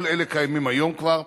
כל אלה קיימים כבר היום,